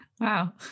wow